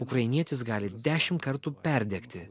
ukrainietis gali dešimt kartų perdegti